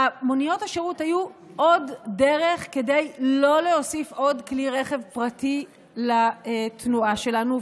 מוניות השירות היו עוד דרך כדי לא להוסיף עוד כלי רכב פרטי לתנועה שלנו,